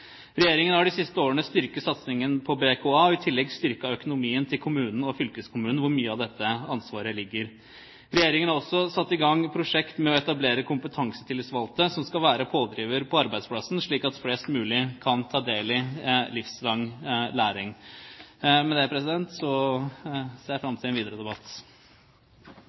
Regjeringen har de siste årene styrket satsingen på BKA og i tillegg styrket økonomien til kommunen og fylkeskommunen der mye av dette ansvaret ligger. Regjeringen har også satt i gang et prosjekt med å etablere kompetansetillitsvalgte som skal være pådrivere på arbeidsplassen, slik at flest mulig kan ta del i livslang læring. Med dette ser jeg fram til en videre debatt.